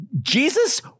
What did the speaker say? Jesus